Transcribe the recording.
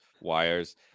wires